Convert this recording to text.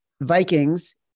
Vikings